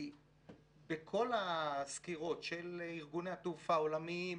כי בכל הסקירות של ארגוני התעופה העולמיים,